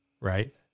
right